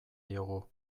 diogu